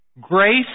grace